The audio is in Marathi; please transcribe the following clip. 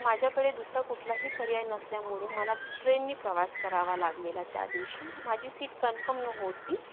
माझ्याकडे दुसरा कुठलाही पर्याय नसल्यामुळे मला ट्रेननी प्रवास करावा लागलेला त्या दिवशी माझी सीट कन्फर्म नव्हती